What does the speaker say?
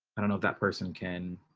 i don't know if that person can